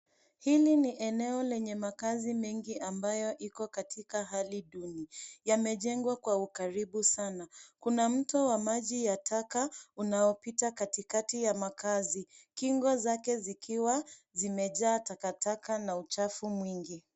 Hili ni eneo lenye makazi mengi ambayo iko katika hali duni, yamejengwa kwa ukaribu sana. Kuna mto wa maji ya taka unaopita katikati ya makazi, kingo zake zikiwa zimejaa takataka na uchafu mwingi.